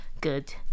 good